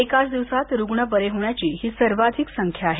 एकाच दिवसांत रुग्ण बरे होण्याची ही सर्वाधिक संख्या आहे